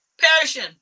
perishing